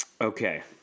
Okay